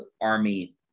Army